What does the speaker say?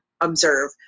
observe